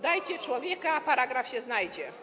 Dajcie człowieka, a paragraf się znajdzie.